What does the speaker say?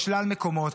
בשלל מקומות.